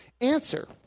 answer